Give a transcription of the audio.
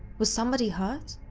was somebody hurt?